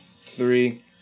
three